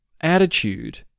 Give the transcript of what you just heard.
attitude